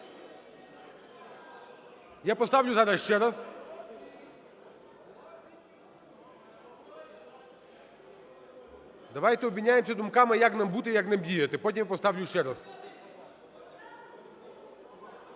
Я поставлю зараз ще раз. Давайте обміняємося думками, як нам бути, як нам діяти, потім я поставлю ще раз.